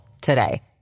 today